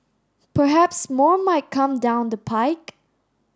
perhaps more might come down the pike